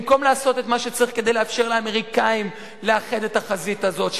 במקום לעשות את מה שצריך כדי לאפשר לאמריקנים לאחד את החזית הזאת,